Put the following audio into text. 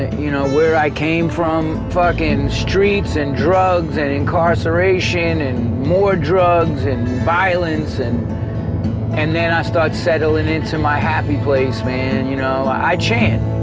you know where i came from fucking streets and drugs and incarceration and more drugs and violence and and then i start settling in into my happy place man you know i chant.